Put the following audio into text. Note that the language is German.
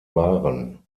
waren